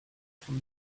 from